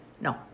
No